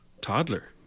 toddler